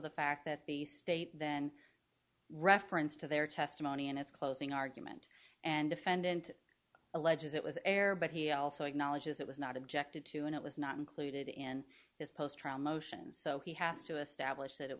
the fact that the state then reference to their testimony in its closing argument and defendant alleges it was error but he also acknowledges it was not objected to and it was not included in his post trauma motions so he has to establish that it